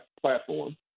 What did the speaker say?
platform